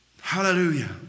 Hallelujah